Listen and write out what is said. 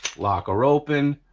lock her open,